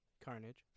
Carnage